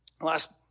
last